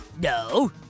No